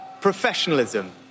professionalism